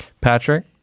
Patrick